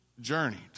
journeyed